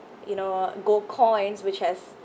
you know gold coins which has